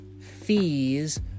fees